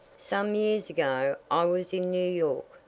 some years ago i was in new york,